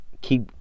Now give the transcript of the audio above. Keep